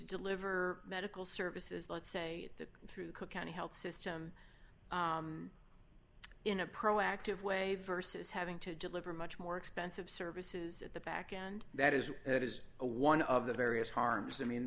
deliver medical services let's say that through cook county health system in a proactive way versus having to deliver much more expensive services at the backend that is it is a one of the various harms i mean